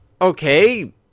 Okay